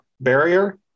barrier